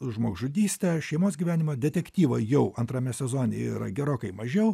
žmogžudyste šeimos gyvenimą detektyvo jau antrame sezone yra gerokai mažiau